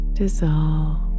dissolve